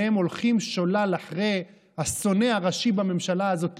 והם הולכים שולל אחרי השונא הראשי בממשלה הזאת,